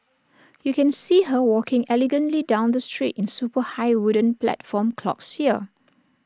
you can see her walking elegantly down the street in super high wooden platform clogs here